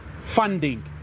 funding